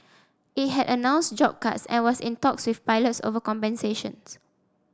it had announced job cuts and was in talks with pilots over compensations